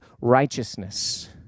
righteousness